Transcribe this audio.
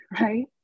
right